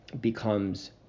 becomes